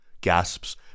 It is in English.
gasps